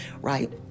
right